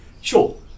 sure